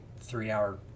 three-hour